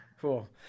Cool